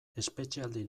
espetxealdi